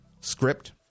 script